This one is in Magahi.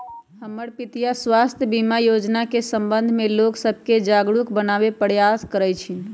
हमर पितीया स्वास्थ्य बीमा जोजना के संबंध में लोग सभके जागरूक बनाबे प्रयास करइ छिन्ह